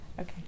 Okay